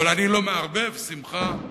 אבל אני לא מערבב שמחה בשמחה.